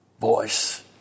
voice